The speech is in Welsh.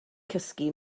cysgu